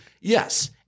Yes